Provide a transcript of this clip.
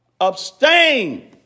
Abstain